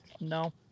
No